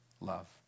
love